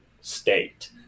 state